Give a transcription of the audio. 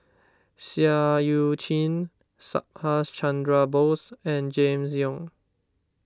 Seah Eu Chin Subhas Chandra Bose and James Yong